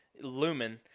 lumen